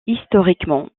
historiquement